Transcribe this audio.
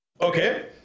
Okay